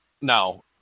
now